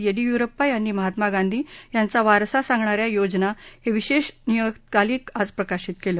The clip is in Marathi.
एडुयीरप्पा यांनी महात्मा गांधी यांचा वारसा सांगणाऱ्या योजना हे विशेष नियतकालिक आज प्रकाशित केलं